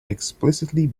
explicitly